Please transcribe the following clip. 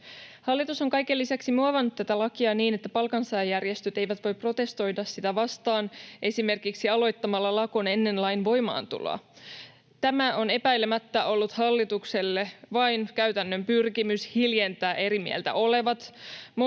Hallitus on kaiken lisäksi muovannut tätä lakia niin, että palkansaajajärjestöt eivät voi protestoida sitä vastaan esimerkiksi aloittamalla lakon ennen lain voimaantuloa. Tämä on epäilemättä ollut hallitukselle vain käytännön pyrkimys hiljentää eri mieltä olevat, mutta